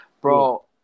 Bro